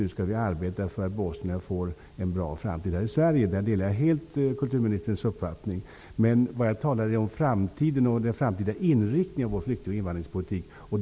Nu skall vi arbeta för att bosnierna skall få en bra framtid här i Sverige. Där delar jag helt kulturministerns uppfattning. Det jag talade om var den framtida inriktningen av vår flykting och invandringspolitik.